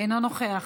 אינו נוכח,